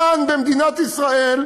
כאן במדינת ישראל,